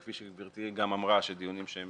כפי שגברתי גם אמרה, שדיונים שהם